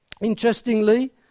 Interestingly